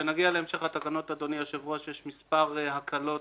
כשנגיע להמשך התקנות יש מספר הקלות